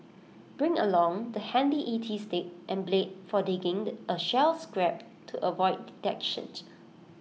bring along the handy E T stick and blade for digging A shell scrape to avoid detection